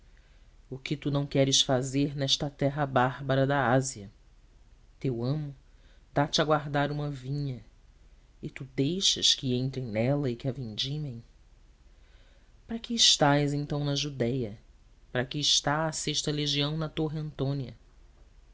o que tu não queres fazer nesta terra bárbara da ásia teu amo dá te a guardar uma vinha e tu deixas que entrem nela e que a vindimem para que estás então na judéia para que está a sexta legião na torre antônia